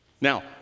Now